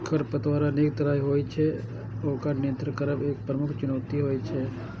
खरपतवार अनेक तरहक होइ छै आ ओकर नियंत्रित करब एक प्रमुख चुनौती होइ छै